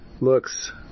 looks